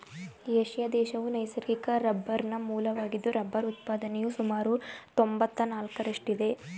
Asia ದೇಶವು ನೈಸರ್ಗಿಕ ರಬ್ಬರ್ನ ಮೂಲವಾಗಿದ್ದು ರಬ್ಬರ್ ಉತ್ಪಾದನೆಯು ಸುಮಾರು ತೊಂಬತ್ನಾಲ್ಕರಷ್ಟಿದೆ